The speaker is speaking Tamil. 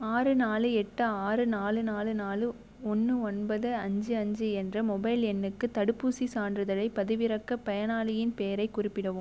ஆறு நாலு எட்டு ஆறு நாலு நாலு நாலு ஒன்று ஒன்பது அஞ்சு அஞ்சு என்ற மொபைல் எண்ணுக்கு தடுப்பூசிச் சான்றிதழைப் பதிவிறக்கப் பயனாளியின் பெயரைக் குறிப்பிடவும்